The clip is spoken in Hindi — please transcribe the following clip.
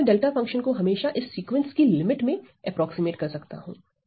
तो मैं अपने डेल्टा फंक्शन को हमेशा इस सीक्वेंस की लिमिट में एप्रोक्सीमेट कर सकता हूं